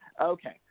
Okay